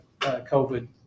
COVID